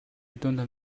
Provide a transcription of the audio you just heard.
don’t